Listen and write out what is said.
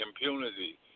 impunity